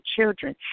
children